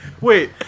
Wait